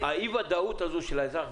אי הוודאות של האזרח קיימת.